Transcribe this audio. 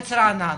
עץ רענן,